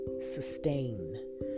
Sustain